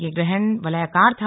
ये ग्रहण वलयाकार था